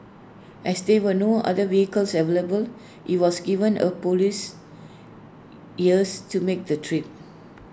as there were no other vehicles available he was given A Police hearse to make the trip